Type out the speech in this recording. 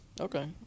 Okay